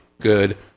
good